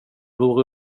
vore